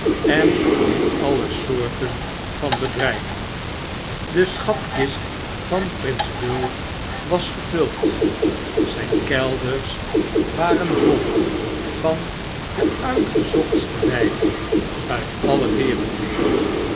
en in alle soorten van bedrpen de schatkist van prins bull was gevuld zp kelders waren vol van de uitgezochtste wpen uit alle werelddeelen